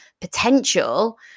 potential